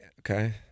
Okay